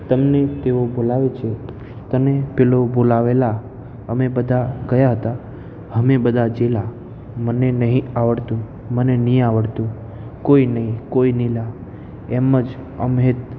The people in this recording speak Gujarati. તમને તેઓ બોલાવે છે તને પેલો બોલાવે લા અમે બધા ગયા હતા હમે બધા જેલા મને નહીં આવડતું મને ની આવડતું કોઈ નઈ કોઈ નઈ લા એમજ આમ હેત